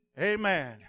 Amen